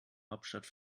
hauptstadt